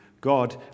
God